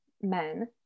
men